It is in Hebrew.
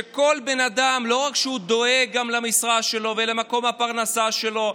שבה כל בן אדם לא רק שהוא דואג גם למשרה שלו ולמקום הפרנסה שלו,